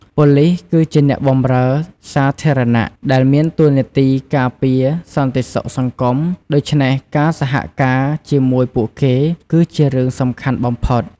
ប៉ូលិស គឺជាអ្នកបម្រើសាធារណៈដែលមានតួនាទីការពារសន្តិសុខសង្គម ដូច្នេះការសហការជាមួយពួកគេ គឺជារឿងសំខាន់បំផុត។